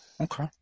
Okay